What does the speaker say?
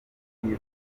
rumwe